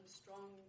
strong